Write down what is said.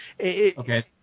Okay